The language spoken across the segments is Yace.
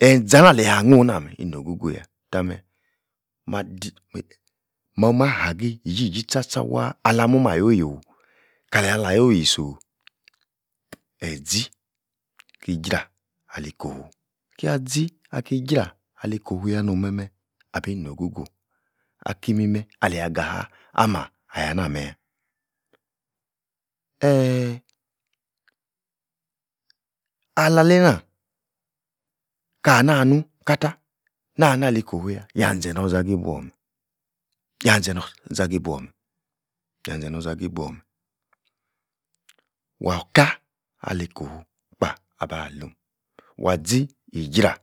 enze-ana alia nunh nah meh ino-go-go yah, tah meh madi mi momah hagi iji-ji tcha-tcha waah alah-momah yoh-yoh, kala-la yo'h yiso'h ezi, ki-jra ali-kowu, kiazi, ika-jra ali-kofu yah no'm-meh-meh abi no-go-go aki imimeh alia-gaha-ah-meh ah-yah-nah-meh-yah eeeeeh ala-leina nana, nuhn kata nan-li kofu-yah, yazen-nozar abuor-meh, yah-zen norzagibuor meh, yazen norzah gibuor-meh wahkah ali kofu-kpah abah-lome, wazi- ijrah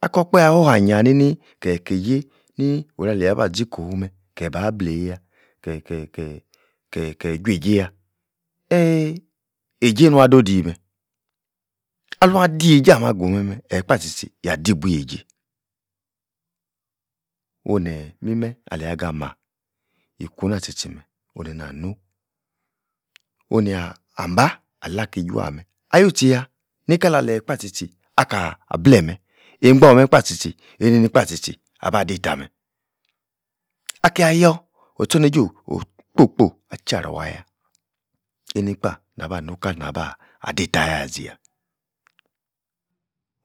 akor-okpahe aho-ha-nyia-nini!! keh-keijei-ni oru-alia-bazi-kofu meh kebah-bleiyi-yah, keeh-keh-keh keh-keyi-chueije-yah eyi eijei nuah do'h-dii meh, aluan-di eijei-ah-meh aguh-meh-meh, eyi-kpah tchi-tchi, yah-dibwuiyi eijei, oneh mimeh alia-gamah ikunah tchi-tchi meh, onu-neina-nuh oniah-ahbah alakeijuah meh oyui-tchi-yah nika-la-leyi kpah tchi-tchi akaph tchi-tchi abah-dei-ta meh, akia-yor or-tchorneije o'h kpo-kpoi echaruah yah, eini-kpah naba-nuka leina- bah ah-deita ah-yah-zi-yah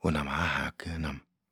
ona'h mah hagi na-meh